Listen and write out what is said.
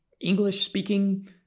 English-speaking